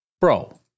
Bro